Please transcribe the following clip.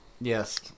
Yes